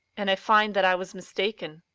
and i find that i was mistaken.